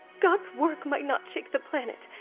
god's work might not shake the planet,